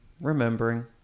Remembering